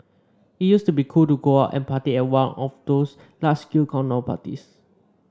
it used to be cool to go out and party at one of those large scale countdown parties